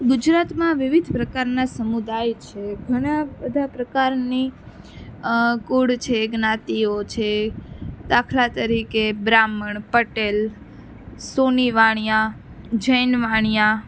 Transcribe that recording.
ગુજરાતમાં વિવિધ પ્રકારનાં સમુદાય છે ઘણા બધા પ્રકારની કુળ છે જ્ઞાતિઓ છે દાખલા તરીકે બ્રાહ્મણ પટેલ સોની વાણિયા જૈન વાણિયા